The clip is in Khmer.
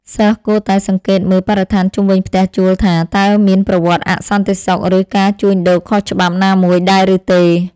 សិស្សគួរតែសង្កេតមើលបរិស្ថានជុំវិញផ្ទះជួលថា តើមានប្រវត្តិអសន្តិសុខឬការជួញដូរខុសច្បាប់ណាមួយដែរឬទេ។